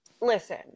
listen